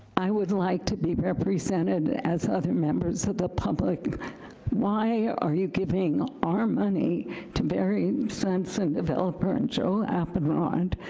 i would like to be represented as other members of the public why are you giving our money to barry swinson, developer, and joe appenrod?